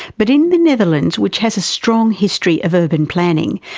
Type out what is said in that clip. but in the netherlands, which has a strong history of urban planning,